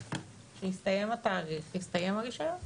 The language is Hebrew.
כשיסתיים התאריך יסתיים הרישיון.